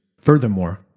Furthermore